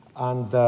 and